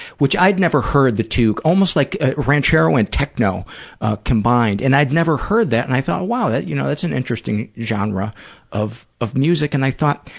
which i'd never heard the two, almost like ranchero and techno combined, and i'd never heard that and i thought, wow, you know, that's an interesting genre of of music, and i thought,